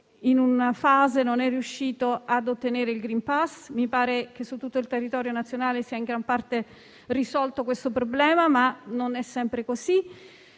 Covid e non è riuscito ad ottenere il *green pass* (mi pare che su tutto il territorio nazionale sia in gran parte risolto questo problema, ma non è sempre così).